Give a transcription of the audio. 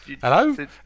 Hello